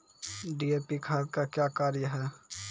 DAP खाद का क्या कार्य हैं?